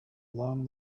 along